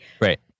Right